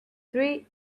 three